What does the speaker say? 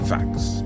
Facts